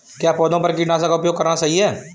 क्या पौधों पर कीटनाशक का उपयोग करना सही है?